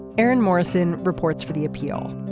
aaron morrison reports for the appeal.